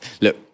Look